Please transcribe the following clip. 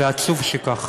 ועצוב שכך.